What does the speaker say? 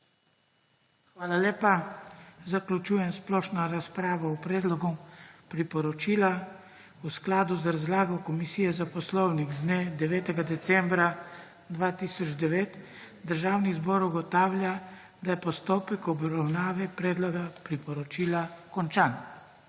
Hvala lepa. Zaključujem splošno razpravo o predlogu priporočila. V skladu z razlago Komisije za poslovnik, z dne 9. decembra 2009, Državni zbor ugotavlja, da je postopek obravnave predloga priporočila končan.